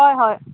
হয় হয়